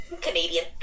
Canadian